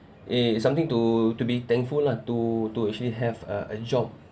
eh something to to be thankful lah to to actually have a a job